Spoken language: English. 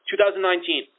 2019